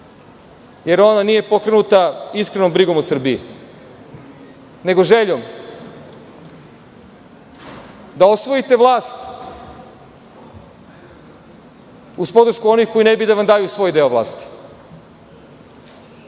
jer ona nije pokrenuta iskrenom brigom u Srbiji, nego željom da osvojite vlast uz podršku onih koji ne bi da vam daju svoj deo